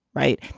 right.